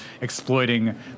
exploiting